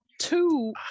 Two